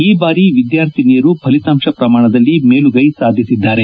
ಈ ಬಾರಿ ವಿದ್ಯಾರ್ಥಿನಿಯರು ಫಲಿತಾಂಶ ಪ್ರಮಾಣದಲ್ಲಿ ಮೇಲುಗೈ ಸಾಧಿಸಿದ್ದಾರೆ